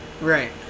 Right